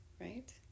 right